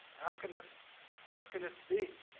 how can this how can this be?